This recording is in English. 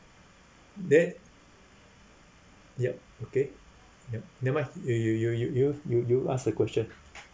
that ya okay ne~ never mind you you you you you you you ask the question